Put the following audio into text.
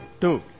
two